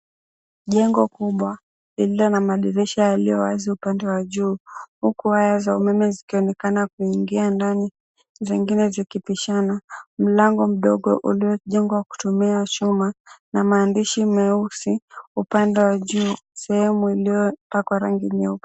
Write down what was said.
Jengo kubwa lililo na madirisha yaliyowazi upande wa juu huku waya za umeme zikionekana kuingia ndani zingine zikipishana. Mlango mdogo uliojengwa kutumia chuma na maandishi meusi upande wa juu sehemu iliyopakwa rangi nyeupe.